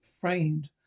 framed